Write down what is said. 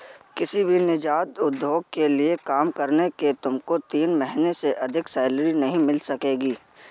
किसी भी नीजात उद्योग के लिए काम करने से तुमको तीन महीने से अधिक सैलरी नहीं मिल सकेगी